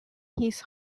his